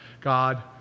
God